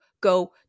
Go